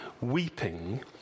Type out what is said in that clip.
weeping